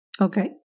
okay